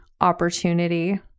opportunity